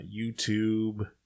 YouTube